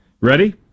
Ready